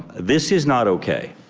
this is not ok.